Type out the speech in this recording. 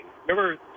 Remember